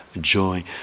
joy